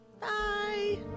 Bye